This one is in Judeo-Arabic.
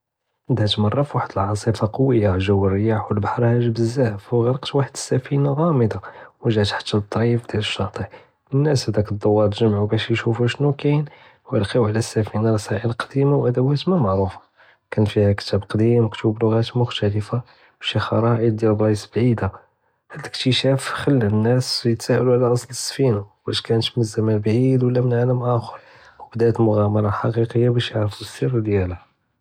מרה פווחד אלעאצבא קווי'ה ג'ו ריה ואלבהר האייג בזאף וגרקת וחד אספינה גאמדה וגת תחת אלטריף דיאל אשאטא', אלנאס פדהאק דואר תאג'מעו בש ישופו שנו קאין, לקאו עלא אספינה קדימה ומעורפה, קאן פי'ה כתאב קדيم מכתוב בלוגאת מוכתליפה, ושי חרטאף דיאל בלעיס בעידה, הד לאקטישאפ חלה אלנאס יתסאילו עלא אסל אספינה ואש קנת מן זמן בעיד ולא מן עלם אחר, ובדאת אלמג'אמרה אלחאקיקיה בש יערפו אלסיר דיאל'ה.